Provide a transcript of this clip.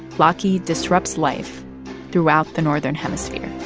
laki disrupts life throughout the northern hemisphere